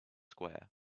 square